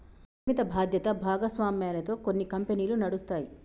పరిమిత బాధ్యత భాగస్వామ్యాలతో కొన్ని కంపెనీలు నడుస్తాయి